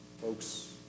Folks